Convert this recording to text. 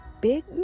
Big